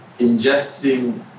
ingesting